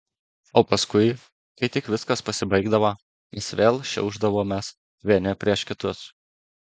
o paskui kai tik viskas pasibaigdavo mes vėl šiaušdavomės vieni prieš kitus